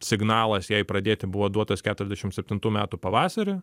signalas jai pradėti buvo duotas keturiasdešim septintų metų pavasarį